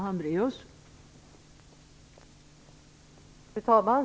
Fru talman!